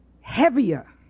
heavier